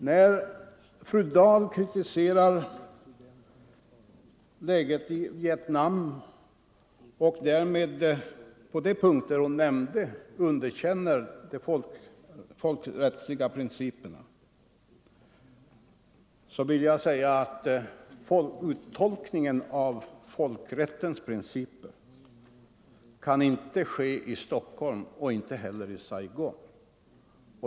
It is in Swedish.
När fru Dahl kritiserar läget i Vietnam och — på de punkter hon nämnde — underkänner de folkrättsliga principerna vill jag säga att uttolkningen av folkrättens principer inte kan ske i Stockholm och inte heller i Saigon.